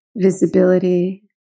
visibility